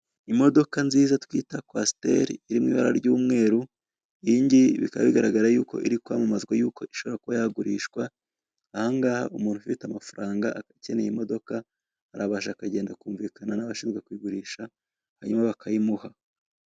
Imodoka nziza twita kwasiteri iri mu ibara ry'umweru iyingiyi bikaba bigaragara yuko iri kwamamazwa yuko ishobora kuba yagurishwa ahangaha umuntu ufite amafaranga akeneye imodoka arabasha akagenda akumvikana n'abashinzwe kuyigurisha hanyuma bakayimuha.